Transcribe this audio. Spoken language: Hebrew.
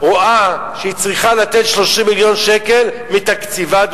רואה שהיא צריכה לתת 30 מיליון שקל מתקציבה,